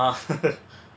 ஆமா:aamaa